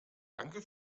danke